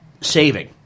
saving